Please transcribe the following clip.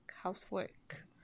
housework